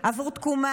עבור "תקומה",